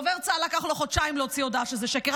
לדובר צה"ל לקח חודשיים להוציא הודעה שזה שקר,